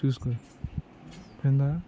చూసుకో అర్థమైందా